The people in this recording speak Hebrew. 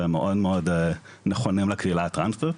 והם מאוד מאוד נכונים לקהילה הטרנסים.